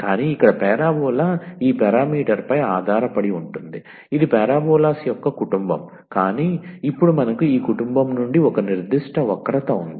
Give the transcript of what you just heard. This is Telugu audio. కానీ ఇక్కడ పారాబొలా ఈ పారామీటర్ పై ఆధారపడి ఉంటుంది ఇది పారాబొలాస్ యొక్క కుటుంబం కానీ ఇప్పుడు మనకు ఈ కుటుంబం నుండి ఒక నిర్దిష్ట వక్రత ఉంది